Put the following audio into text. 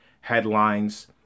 Headlines